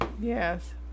Yes